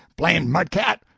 blamed mud-cat!